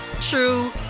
true